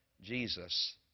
Jesus